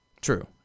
True